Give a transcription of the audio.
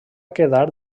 quedar